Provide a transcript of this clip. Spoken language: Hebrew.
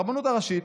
הרבנות הראשית,